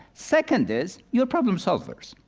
second is, you're problem solvers,